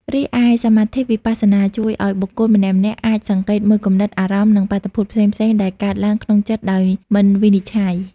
រីឯសមាធិវិបស្សនា ជួយឱ្យបុគ្គលម្នាក់ៗអាចសង្កេតមើលគំនិត អារម្មណ៍ និងបាតុភូតផ្សេងៗដែលកើតឡើងក្នុងចិត្តដោយមិនវិនិច្ឆ័យ។